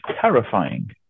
terrifying